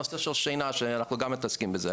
נושא של שינה שאנחנו גם מתעסקים בזה.